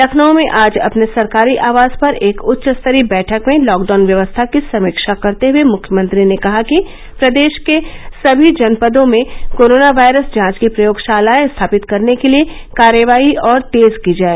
लखनऊ में आज अपने सरकारी आवास पर एक उच्च स्तरीय बैठक में लॉकडाउन व्यवस्था की समीक्षा करते हए मृख्यमंत्री ने कहा कि प्रदेश के सभी जनपदों में कोरोना वायरस जांच की प्रयोगशालाएं स्थापित करने के लिए कार्यवाही और तेज की जाए